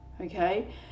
okay